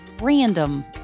random